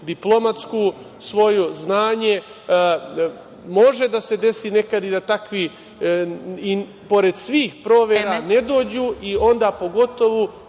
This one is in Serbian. diplomatsko svoje znanje. Može da se desi nekada i da takvi i pored svih provera ne dođu i onda pogotovo